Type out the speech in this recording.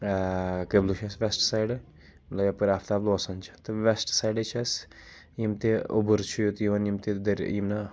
قبلہٕ چھُ اَسہِ west side یَپٲرۍ آفتاب لوسان چھِ تہٕ ویٚسٹ سایڈٕ چھِ اَسہِ یِم تہِ اوٚبُر چھُ یوٚت یِوَان یِم تہِ دٔری یِم نہٕ